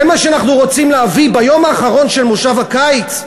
זה מה שאנחנו רוצים להביא ביום האחרון של מושב הקיץ?